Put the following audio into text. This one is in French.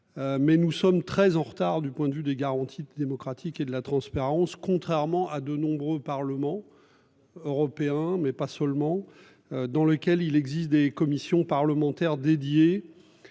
Mais nous sommes très en retard du point de vue des garanties démocratiques et de la transparence. Contrairement à de nombreux parlements. Européen mais pas seulement. Dans lequel il existe des commissions parlementaires dédiée